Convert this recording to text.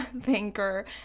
thinker